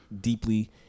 deeply